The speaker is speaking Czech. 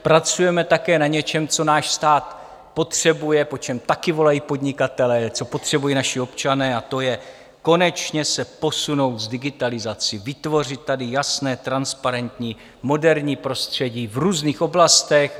Pracujeme také na něčem, co náš stát potřebuje, po čem také volají podnikatelé, co potřebují naši občané, a to je konečně se posunout s digitalizací, vytvořit tady jasné, transparentní, moderní prostředí v různých oblastech.